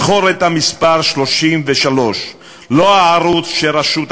זכור את המספר 33. לא הערוץ של רשות השידור,